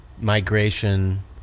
migration